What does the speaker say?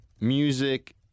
music